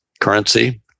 currency